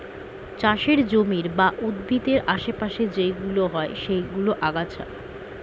চাষের জমির বা উদ্ভিদের আশে পাশে যেইগুলো হয় সেইগুলো আগাছা